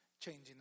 changing